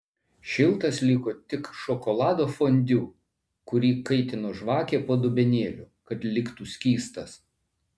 šiltas liko tik šokolado fondiu kurį kaitino žvakė po dubenėliu kad liktų skystas